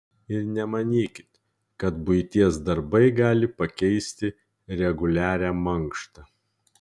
ir nemanykit kad buities darbai gali pakeisti reguliarią mankštą